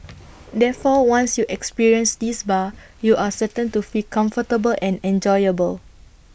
therefore once you experience this bar you are certain to feel comfortable and enjoyable